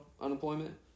unemployment